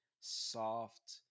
soft